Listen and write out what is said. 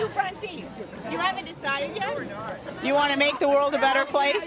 or you want to make the world a better place